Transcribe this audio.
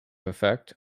effect